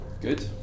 Good